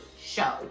show